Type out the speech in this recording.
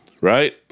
Right